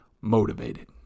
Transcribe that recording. motivated